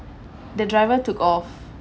the driver took off